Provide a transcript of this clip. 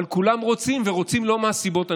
אבל כולם רוצים, ורוצים לא מהסיבות הנכונות.